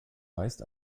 weist